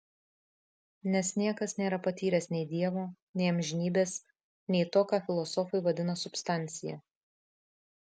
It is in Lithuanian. nes niekas nėra patyręs nei dievo nei amžinybės nei to ką filosofai vadina substancija